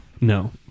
No